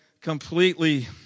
completely